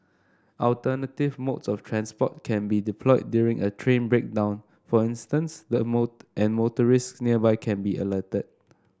alternative modes of transport can be deployed during a train breakdown for instance that more and motorists nearby can be alerted